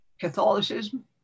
Catholicism